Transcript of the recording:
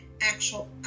actual